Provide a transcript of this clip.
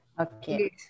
okay